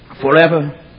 forever